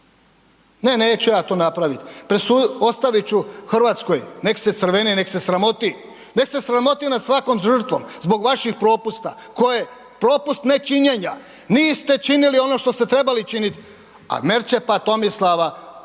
Ne, neću ja to napraviti, ostavit ću Hrvatskoj nek' se crveni, nek' se sramoti. Nek' se sramoti nad svakom žrtvom zbog vaših propusta koje propust nečinjenja niste činili ono što ste trebali činit', a Merčepa Tomislava